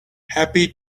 happy